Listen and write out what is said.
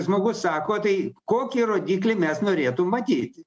žmogus sako tai kokį rodiklį mes norėtum matyti